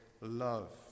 love